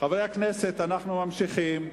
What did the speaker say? חברי הכנסת, אנחנו ממשיכים.